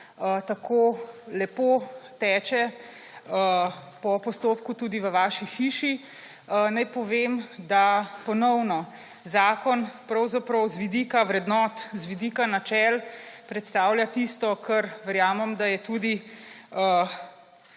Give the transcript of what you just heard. tako lepo teče po postopku tudi v vaši hiši. Naj povem, da zakon ponovno z vidika vrednot, z vidika načel predstavlja tisto, kar verjamem, da je tudi